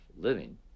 living